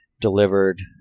delivered